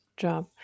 job